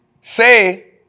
say